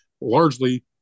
largely